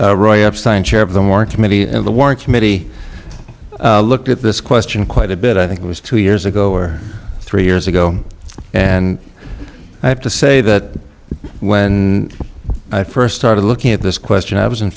in the warren committee looked at this question quite a bit i think it was two years ago or three years ago and i have to say that when i first started looking at this question i was in